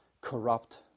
corrupt